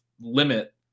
limit